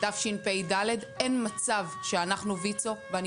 בתשפ"ד אין מצב שאנחנו ויצו ואני